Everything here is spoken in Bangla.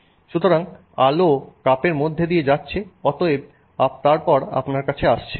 সুতরাং আলো কাপের মধ্যে দিয়ে যাচ্ছে এবং তারপর আপনার কাছে আসছে